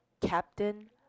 Captain